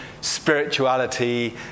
spirituality